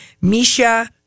Misha